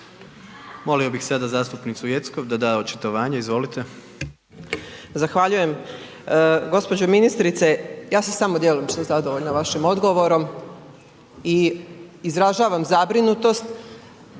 Molio bih sada zastupnicu Jeckov, da da očitovanje, izvolite. **Jeckov, Dragana (SDSS)** Zahvaljujem, gospođo ministrice ja sam samo djelomično zadovoljna vašim odgovorom i izražavam zabrinutost